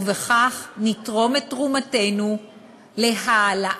ובכך נתרום את תרומתנו להעלאת